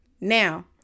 now